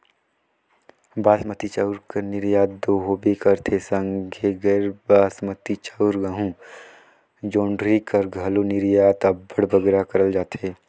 बासमती चाँउर कर निरयात दो होबे करथे संघे गैर बासमती चाउर, गहूँ, जोंढरी कर घलो निरयात अब्बड़ बगरा करल जाथे